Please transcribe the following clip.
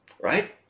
Right